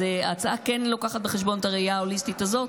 אז ההצעה כן לוקחת בחשבון את הראייה ההוליסטית הזאת,